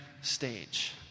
stage